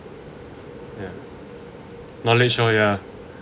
ya knowledge lor ya